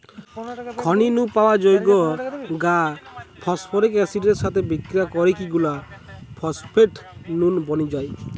খনি নু পাওয়া যৌগ গা ফস্ফরিক অ্যাসিড এর সাথে বিক্রিয়া করিকি গুলা ফস্ফেট নুন বনি যায়